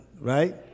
right